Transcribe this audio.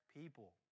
people